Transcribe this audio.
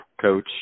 coach